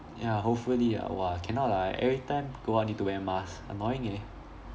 ya hopefully ah !wah! cannot lah everytime go out need to wear mask annoying eh